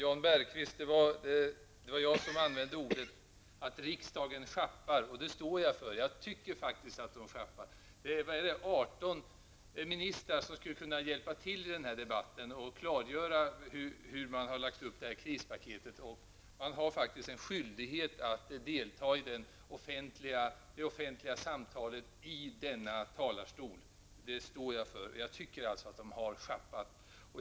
Herr talman! Det var jag som använde uttrycket att riksdagen sjappar, Jan Bergqvist. Det står jag för! Jag tycker faktiskt att det är så. Det finns 18 ministrar som skulle kunna hjälpa till att klarlägga hur man har lagt upp krispaketet. De har faktiskt en skyldighet att delta i den offentliga debatten i denna talarstol. Jag tycker att de har sjappat!